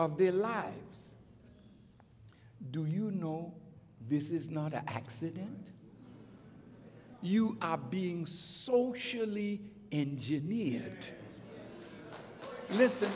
of their lives do you know this is not an accident you are being sold surely engineered